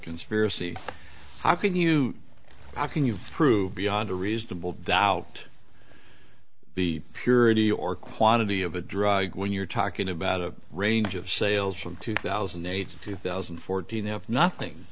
conspiracy how can you how can you prove beyond a reasonable doubt the purity or quantity of a drug when you're talking about a range of sales from two thousand and eight to two thousand and fourteen if nothing